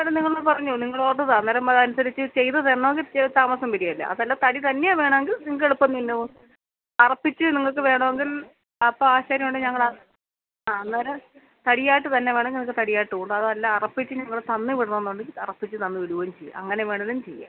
അതു നിങ്ങൾ പറഞ്ഞോ നിങ്ങൾ ഓഡർ താ അന്നേരം അതനുസരിച്ച് ചെയ്തു തരണമെങ്കിൽ താമസം വരുമല്ലേ അതല്ല തടി തന്നെയാണ് വേണമെങ്കിൽ നിങ്ങൾക്ക് എളുപ്പം തന്നെ അറപ്പിച്ച് നിങ്ങൾക്കു വേണമെങ്കിൽ അപ്പം ആശാരിയോട് ഞങ്ങൾ ആ ആ അന്നേരം തടി ആയിട്ട് തന്നെ വേണമെങ്കിൽ നിങ്ങൾക്ക് തടിയായിട്ട് ഉടാം അതല്ല അറുപ്പിച്ച് ഞങ്ങൾ തന്ന് വിടണമെന്നുണ്ടെങ്കിൽ അറുപ്പിച്ച് തന്നു വിടുകയും ചെയ്യാം അങ്ങനെ വേണമെങ്കിലും ചെയ്യാം